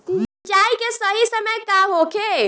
सिंचाई के सही समय का होखे?